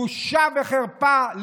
בושה וחרפה.